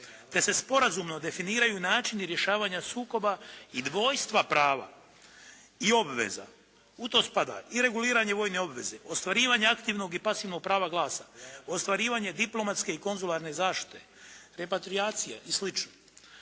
te se sporazumno definiraju načini rješavanja sukoba i dvojstva prava i obveza. U to spada i reguliranje vojne obveze, ostvarivanje aktivnog i pasivnog prava glasa, ostvarivanje diplomatske i konzularne zaštite, repatriacije i sl.